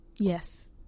Yes